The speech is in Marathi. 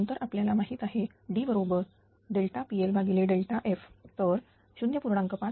नंतर आपल्याला माहिती आहे D बरोबर PLF तर 0